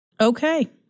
Okay